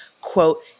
quote